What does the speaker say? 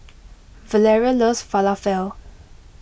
Valeria loves Falafel